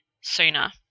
sooner